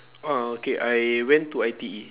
oh okay I went to I_T_E